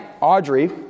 Audrey